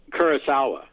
Kurosawa